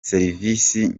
services